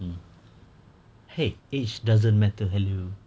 mm !hey! age doesn't matter hello